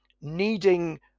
needing